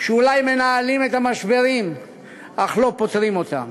שאולי מנהלים את המשברים אך לא פותרים אותם.